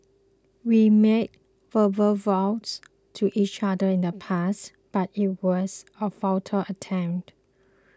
we made verbal vows to each other in the past but it was a futile attempt